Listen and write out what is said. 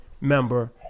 member